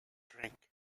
drink